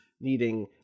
needing